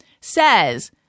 says –